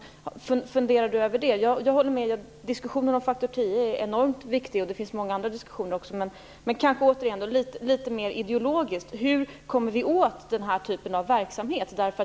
Har miljöministern några funderingar av det slaget? Jag håller med om att diskussionen om faktor 10 är enormt viktig, vid sidan av många andra diskussioner. Men litet mera ideologiskt undrar jag hur vi kommer åt den här typen av verksamhet.